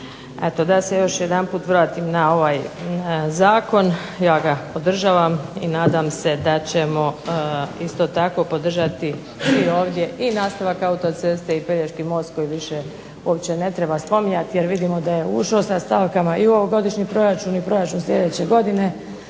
da se još jedanput vratim na ovaj zakon. Ja ga podržavam i nadam se da ćemo isto tako podržati svi ovdje i nastavak autoceste i Pelješki most koji više uopće ne treba spominjati, jer vidimo da je ušao sa stavkama i u ovogodišnji proračun i proračun sljedeće godine